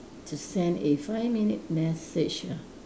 to send a five minute message ah